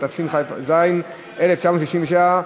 התשכ"ז 1967,